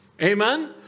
Amen